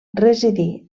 residí